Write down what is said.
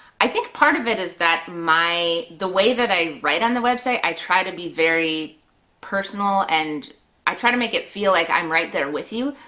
i think part of it is that the way that i write on the website, i try to be very personal and i try to make it feel like i'm right there with you.